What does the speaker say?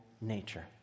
nature